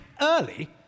early